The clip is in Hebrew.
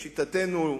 לשיטתנו,